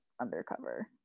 undercover